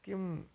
किम्